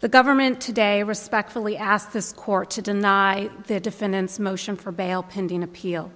the government today respectfully asked this court to deny the defendants motion for bail pending appeal